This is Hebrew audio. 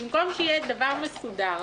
במקום שיהיה דבר מסודר,